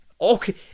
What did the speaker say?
Okay